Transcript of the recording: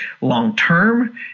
long-term